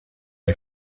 این